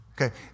Okay